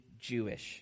jewish